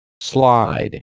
Slide